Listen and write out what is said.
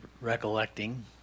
recollecting